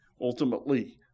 ultimately